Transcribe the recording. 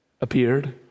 appeared